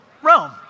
Rome